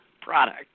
product